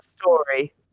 story